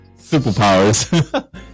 Superpowers